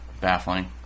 baffling